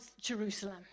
Jerusalem